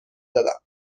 دادم